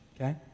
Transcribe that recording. okay